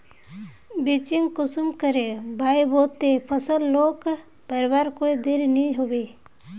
बिच्चिक कुंसम करे बोई बो ते फसल लोक बढ़वार कोई देर नी होबे?